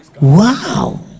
Wow